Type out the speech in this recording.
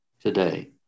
today